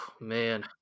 Man